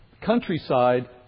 countryside